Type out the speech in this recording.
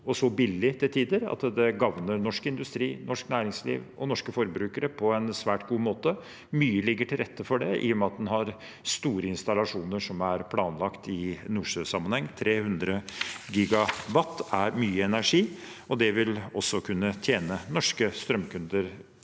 og så billig, til tider, at det gagner norsk industri, norsk næringsliv og norske forbrukere på en svært god måte. Mye ligger til rette for det, i og med at en har store installasjoner som er planlagt i Nordsjø-sammenheng. 300 GW er mye energi, og det vil også kunne tjene norske strømkunder